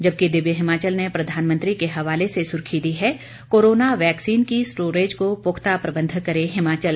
जबकि दिव्य हिमाचल ने प्रधानमंत्री के हवाले से सुर्खी दी है कोरोना वैक्सीन की स्टोरेज को पुख्ता प्रबंध करे हिमाचल